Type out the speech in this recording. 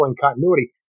continuity